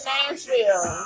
Nashville